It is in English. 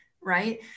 right